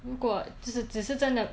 如果只是只是真的